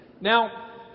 Now